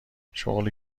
شغلی